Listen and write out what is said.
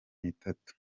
nitatu